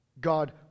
God